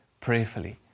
prayerfully